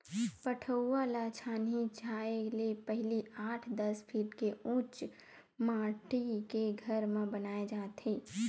पठउवा ल छानही छाहे ले पहिली आठ, दस फीट के उच्च माठी के घर म बनाए जाथे